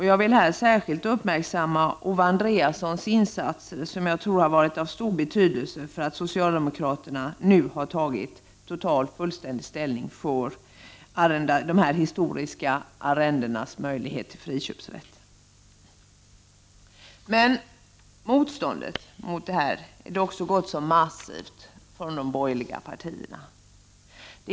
Jag vill i detta sammanhang särskilt uppmärksamma Owe Andréassons insats, som jag tror har varit av stor betydelse för att socialdemokraterna nu har tagit ställning för rätten att friköpa historiska arrenden. Motståndet är dock så gott som massivt från de borgerliga partiernas sida.